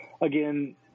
again